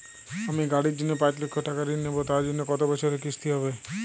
আমি গাড়ির জন্য পাঁচ লক্ষ টাকা ঋণ নেবো তার জন্য কতো বছরের কিস্তি হবে?